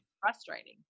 frustrating